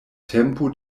tempo